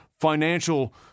financial